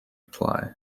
reply